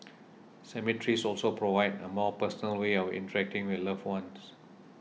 cemeteries also provide a more personal way of interacting with loved ones